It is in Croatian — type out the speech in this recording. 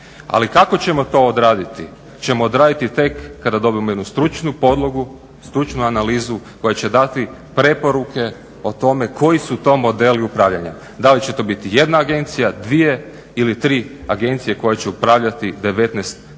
Ali kako ćemo to odraditi? To ćemo odraditi tek kada dobijemo jednu stručnu podlogu, stručnu analizu koja će dati preporuke o tome koji su to modeli upravljanja. Da li će to biti jedna agencija, dvije ili tri agencije koje će upravljati sa